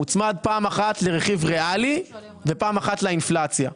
מוצמד פעם אחת לרכיב ריאלי, ופעם אחת לאינפלציה.